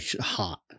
hot